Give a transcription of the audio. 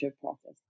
process